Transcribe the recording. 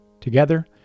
Together